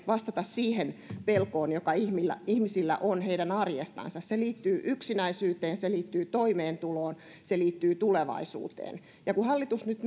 vastata siihen pelkoon joka ihmisillä ihmisillä on heidän arjestansa se liittyy yksinäisyyteen se liittyy toimeentuloon se liittyy tulevaisuuteen kun hallitus nyt